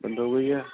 بند ہو گئی ہے